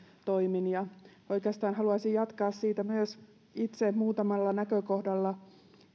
toimin ja oikeastaan haluaisin jatkaa siitä myös itse muutamalla näkökohdalla